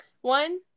One